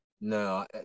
No